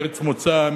ארץ מוצא,